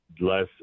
less